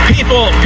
People